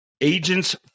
Agents